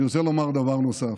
אני רוצה לומר דבר נוסף.